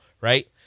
right